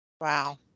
Wow